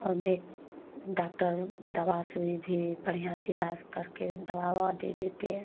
और देख डॉक्टर दवा सुई भी बढ़िया से इलाज करके दवा उवा दे देते हैं